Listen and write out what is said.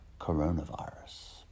coronavirus